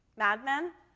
mad men?